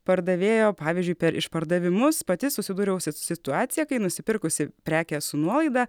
pardavėjo pavyzdžiui per išpardavimus pati susidūriau su situacija kai nusipirkusi prekę su nuolaida